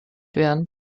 werden